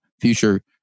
future